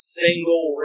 single